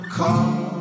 call